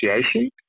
association